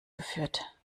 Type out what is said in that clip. geführt